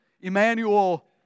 Emmanuel